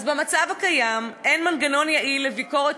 אז במצב הקיים אין מגנון יעיל לביקורת